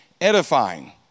edifying